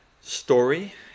story